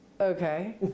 okay